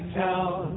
town